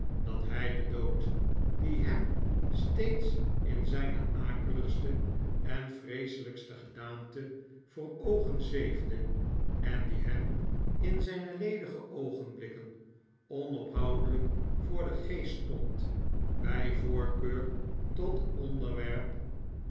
dat hij den dood die hem steeds in zijne akeligste en vreeselijkste gedaante voor oogen zweefde en die hem in zijne ledige oogenblikken onophoudelijk voor den geest stond bij voorkeur tot onderwerp